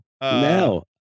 No